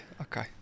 Okay